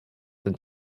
than